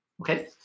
Okay